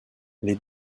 les